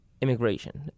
Immigration